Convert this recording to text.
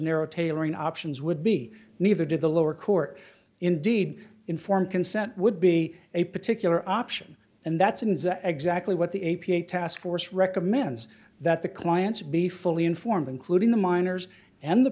narrow tailoring options would be neither did the lower court indeed informed consent would be a particular option and that's exactly what the a p a task force recommends that the clients be fully informed including the minors and the